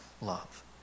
love